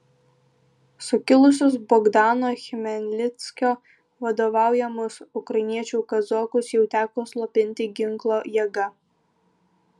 sukilusius bogdano chmelnickio vadovaujamus ukrainiečių kazokus jau teko slopinti ginklo jėga